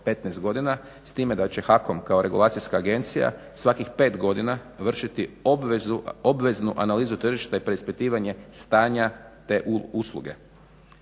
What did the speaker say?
15 godina s time da će HAKOM kao regulacijska agencija svakih pet godina vršiti obveznu analizu tržišta i preispitivanje stanja te usluge.